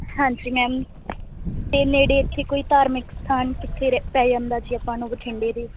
ਹਾਂਜੀ ਮੈਮ ਅਤੇ ਨੇੜੇ ਇੱਥੇ ਕੋਈ ਧਾਰਮਿਕ ਸਥਾਨ ਕਿੱਥੇ ਰਹਿ ਪੈ ਜਾਂਦਾ ਜੀ ਆਪਾਂ ਨੂੰ ਬਠਿੰਡੇ ਦੇ